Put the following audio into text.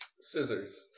Scissors